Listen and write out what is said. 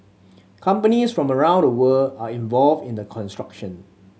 companies from around the world are involved in the construction